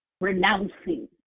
renouncing